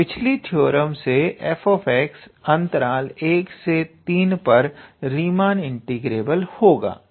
तो पिछली थ्योरम से f 13 पर रीमान इंटीग्रेबल होगा